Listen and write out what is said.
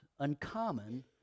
uncommon